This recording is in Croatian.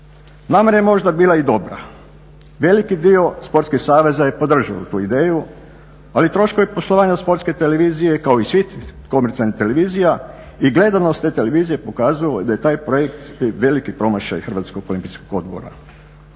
Namjera je možda bila i dobra. Veliki dio sportskih saveza je podržao tu ideju, ali troškovi poslovanja Sportske televizije kao i svih komercijalnih televizija, i gledanost te televizije pokazalo je da je taj projekt veliki promašaj Hrvatskog olimpijskog odbora.